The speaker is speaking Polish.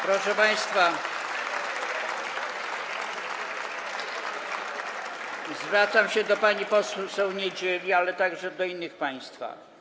Proszę państwa, zwracam się do pani poseł Niedzieli, ale także do innych z państwa.